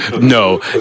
No